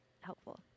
helpful